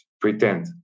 pretend